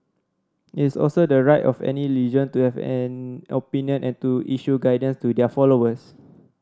it is also the right of any religion to have an opinion and to issue guidance to their followers